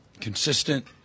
consistent